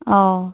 औ